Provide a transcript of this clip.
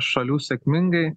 šalių sėkmingai